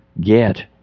Get